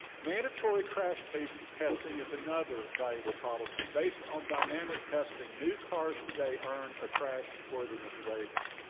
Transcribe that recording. mandatory crash testing testing is another valuable policy, based on dynamic testing new cars today earn a crashworthiness rating.